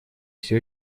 все